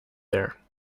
there